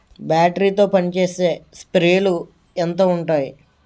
Battery తో పనిచేసే స్ప్రేలు ఎంత ఉంటాయి?